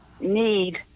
need